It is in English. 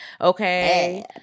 okay